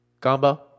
combo